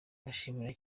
ndashimira